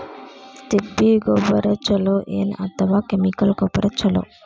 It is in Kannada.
ತಿಪ್ಪಿ ಗೊಬ್ಬರ ಛಲೋ ಏನ್ ಅಥವಾ ಕೆಮಿಕಲ್ ಗೊಬ್ಬರ ಛಲೋ?